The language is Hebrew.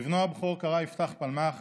לבנו הבכור קרא יפתח פלמ"ח